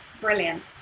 Brilliant